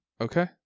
Okay